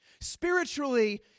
Spiritually